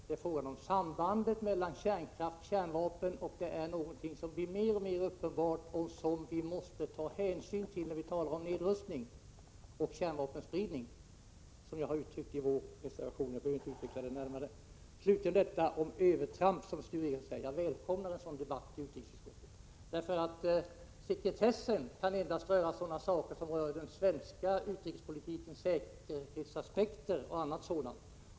Det är fråga om sambandet mellan kärnkraft och kärnvapen, något som blir alltmer uppenbart och som vi måste ta hänsyn till när vi talar om nedrustning och kärnvapenspridning. Detta har jag uttryckt i min reservation och behöver därför inte utveckla det närmare. Slutligen till detta som Sture Ericson säger om övertramp. Jag välkomnar en sådan debatt i utrikesutskottet. Sekretessen kan endast röra sådant som gäller den svenska utrikespolitiken, säkerhetsaspekter etc.